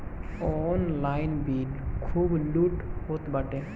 online भी खूब लूट होत बाटे